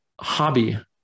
hobby